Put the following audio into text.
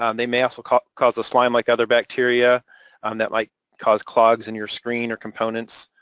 um they may also cause cause a slime like other bacteria um that might cause clogs in your screen or components.